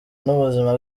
n’ubuzima